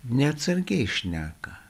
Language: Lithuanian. neatsargiai šneka